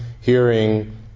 hearing